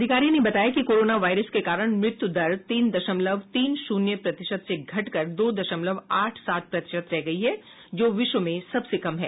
अधिकारी ने बताया कि कोरोना वायरस के कारण मृत्यु दर तीन दशमलव तीन शून्य प्रतिशत से घट कर दो दशमलव आठ सात प्रतिशत रह गई है जो विश्व में सबसे कम है